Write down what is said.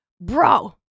Bro